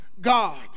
God